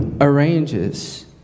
arranges